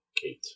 Kate